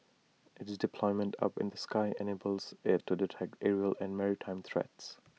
it's deployment up in the sky enables IT to detect aerial and maritime threats